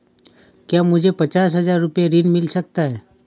क्या मुझे पचास हजार रूपए ऋण मिल सकता है?